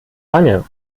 wange